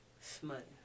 Smut